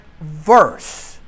verse